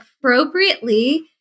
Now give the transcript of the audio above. appropriately